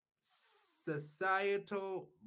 societal